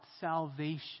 salvation